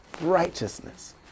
Righteousness